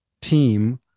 team